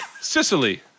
Sicily